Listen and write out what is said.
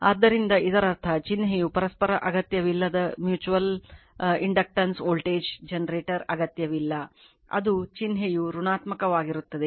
ಆದ್ದರಿಂದ ಇದರರ್ಥ ಚಿಹ್ನೆಯು ಪರಸ್ಪರ ಅಗತ್ಯವಿಲ್ಲದ ಮ್ಯೂಚುವಲ್ ಇಂಡಕ್ಟನ್ಸ್ ವೋಲ್ಟೇಜ್ ಜನರೇಟರ್ ಅಗತ್ಯವಿಲ್ಲ ಅದು ಚಿಹ್ನೆಯು ಋಣಾತ್ಮಕವಾಗಿರುತ್ತದೆ